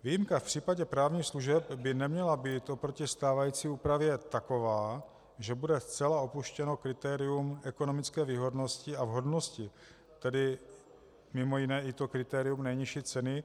Výjimka v případě právních služeb by neměla být oproti stávající úpravě taková, že bude zcela opuštěno kritérium ekonomické výhodnosti a vhodnosti, tedy mimo jiné i to kritérium nejnižší ceny.